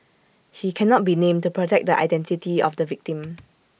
he cannot be named to protect the identity of the victim